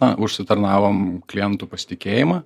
na užsitarnavom klientų pasitikėjimą